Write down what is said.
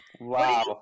Wow